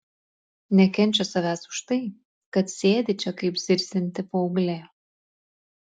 nekenčia savęs už tai kad sėdi čia kaip zirzianti paauglė